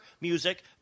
Music